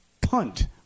punt